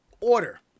order